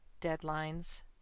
deadlines